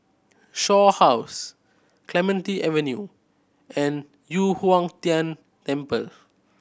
Shaw House Clementi Avenue and Yu Huang Tian Temple